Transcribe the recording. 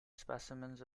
specimens